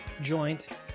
joint